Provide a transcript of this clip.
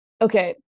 Okay